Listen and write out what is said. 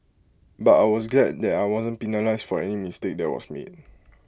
but I was glad that I wasn't penalised for any mistake that was made